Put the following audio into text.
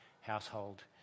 household